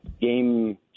Game